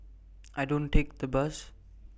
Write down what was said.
I don't take the bus